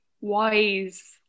wise